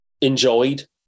enjoyed